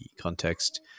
context